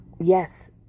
Yes